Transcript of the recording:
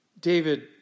David